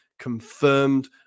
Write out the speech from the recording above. Confirmed